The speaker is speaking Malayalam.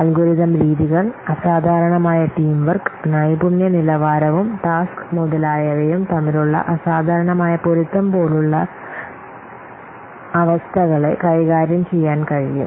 അൽഗോരിതം രീതികൾ അസാധാരണമായ ടീം വർക്ക് നൈപുണ്യ നിലവാരവും ടാസ്ക് മുതലായവയും തമ്മിലുള്ള അസാധാരണമായ പൊരുത്തം പോലുള്ള ചില അസാധാരണമായ അവസ്ഥകളെ കൈകാര്യം ചെയ്യാൻ കഴിയും